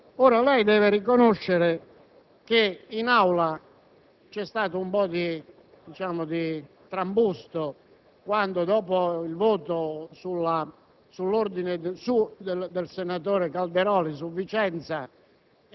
Lei deve riconoscere che in Aula vi è stato un po' di trambusto quando, dopo il voto sull'ordine del giorno del senatore Calderoli su Vicenza,